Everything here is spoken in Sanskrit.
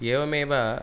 एवमेव